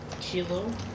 Kilo